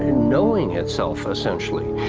and knowing itself essentially.